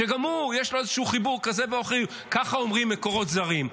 שגם הוא יש לו איזשהו חיבור כזה --- ככה אומרים מקורות זרים.